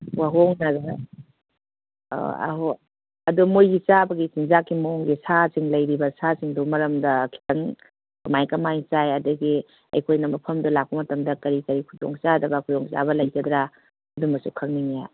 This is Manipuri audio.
ꯋꯥꯍꯣꯡꯒꯗꯣ ꯑꯍꯣꯏ ꯑꯗꯣ ꯃꯣꯏꯒꯤ ꯆꯥꯕꯒꯤ ꯆꯤꯟꯖꯥꯛꯀꯤ ꯃꯑꯣꯡꯁꯦ ꯁꯥꯁꯤꯡ ꯂꯩꯔꯤꯕ ꯁꯥ ꯁꯤꯡꯗꯨꯒꯤ ꯃꯔꯥꯝꯗ ꯈꯤꯇꯪ ꯀꯃꯥꯏ ꯀꯃꯥꯏꯅ ꯆꯥꯏ ꯑꯗꯒꯤ ꯑꯩꯈꯣꯏꯅ ꯃꯐꯝꯗꯨꯗ ꯂꯥꯛꯄ ꯃꯇꯝꯗ ꯀꯔꯤ ꯀꯔꯤ ꯈꯨꯗꯣꯡ ꯆꯥꯗꯕ ꯈꯨꯗꯣꯡ ꯆꯥꯕ ꯂꯩꯒꯗ꯭ꯔꯥ ꯑꯗꯨꯝꯕꯁ ꯈꯪꯅꯤꯡꯉꯤ